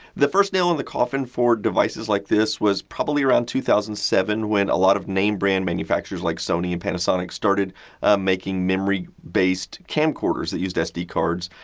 the first nail in the coffin for devices like this was probably around two thousand and seven when a lot of name brand manufacturers like sony and panasonic started making memory based camcorders that used sd cards,